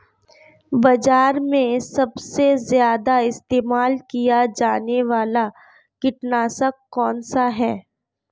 बाज़ार में सबसे ज़्यादा इस्तेमाल किया जाने वाला कीटनाशक कौनसा है?